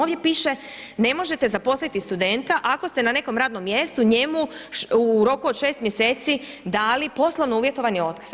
Ovdje piše ne možete zaposliti studenta ako ste na nekom radnom mjestu njemu u roku od 6 mjeseci dali poslovno uvjetovani otkaz.